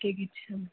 cake इच्छामि